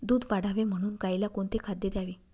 दूध वाढावे म्हणून गाईला कोणते खाद्य द्यावे?